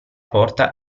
porta